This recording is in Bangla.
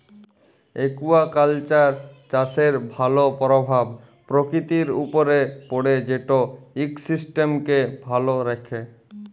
একুয়াকালচার চাষের ভালো পরভাব পরকিতির উপরে পড়ে যেট ইকসিস্টেমকে ভালো রাখ্যে